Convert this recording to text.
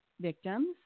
victims